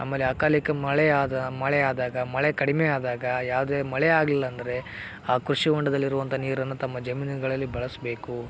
ಆಮೇಲೆ ಅಕಾಲಿಕ ಮಳೆ ಆದ ಮಳೆ ಆದಾಗ ಮಳೆ ಕಡಿಮೆ ಆದಾಗ ಯಾವುದೆ ಮಳೆ ಆಗಲಿಲ್ಲ ಅಂದರೆ ಆ ಕೃಷಿ ಹೊಂಡದಲ್ಲಿರುವಂತ ನೀರನ್ನು ತಮ್ಮ ಜಮೀನುಗಳಲ್ಲಿ ಬಳಸಬೇಕು